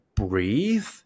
breathe